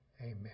Amen